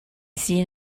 seen